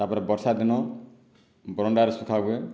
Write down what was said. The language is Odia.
ତାପରେ ବର୍ଷା ଦିନ ବରଣ୍ଡାରେ ଶୁଖା ହୁଏ